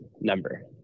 number